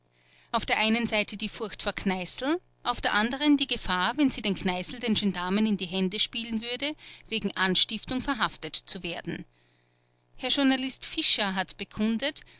auf der einen seite die furcht vor kneißl auf der anderen die gefahr wenn sie den kneißl den gendarmen in die hände spielen würde wegen anstiftung verhaftet zu werden herr journalist fischer hat bekundet